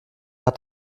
hat